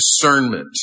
discernment